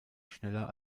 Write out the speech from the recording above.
schneller